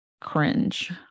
cringe